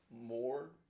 more